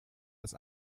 das